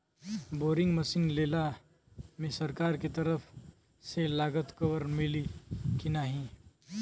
Boring machine लेला मे सरकार के तरफ से लागत कवर मिली की नाही?